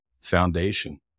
foundation